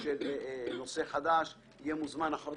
של נושא חדש יהיה מוזמן אחרי